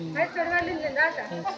ಹ್ಞೂ ಹ್ಞೂ